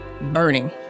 burning